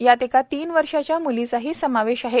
यात एका तीन वर्षाच्या म्लाचाही समावेश आहे